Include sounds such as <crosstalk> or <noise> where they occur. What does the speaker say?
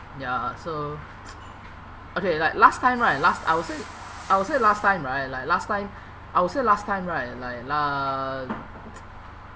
ya so <noise> okay like last time right last I would say I would say last time right like last time <breath> I would say last time right like lah